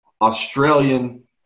Australian